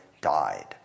died